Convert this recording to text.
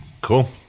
Cool